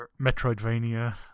Metroidvania